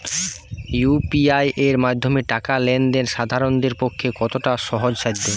UPI এর মাধ্যমে টাকা লেন দেন সাধারনদের পক্ষে কতটা সহজসাধ্য?